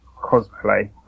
cosplay